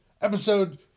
Episode